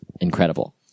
incredible